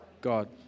God